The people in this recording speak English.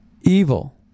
evil